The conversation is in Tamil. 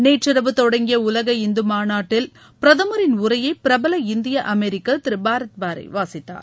நேற்றிரவு தொடங்கிய உலக இந்து மாநாட்டில் பிரதமரின் உரையை பிரபல இந்திய அமெரிக்கா் திரு பாரத் பாரை வாசித்தார்